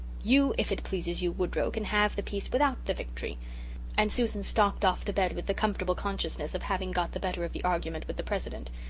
you, if it pleases you, woodrow, can have the peace without the victory and susan stalked off to bed with the comfortable consciousness of having got the better of the argument with the president.